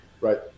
right